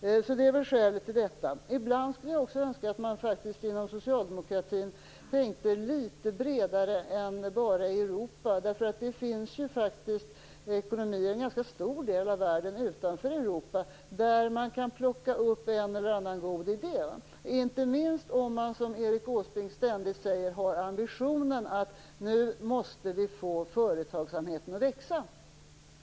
Det är mitt skäl. Ibland skulle jag också önska att man inom socialdemokratin tänkte litet vidare och såg bortom Europa. Det finns ju faktiskt ekonomier i en ganska stor del av världen utanför Europa där man kan plocka upp en eller annan god idé - inte minst om man, som Erik Åsbrink ständigt säger, har ambitionen att få företagsamheten att växa.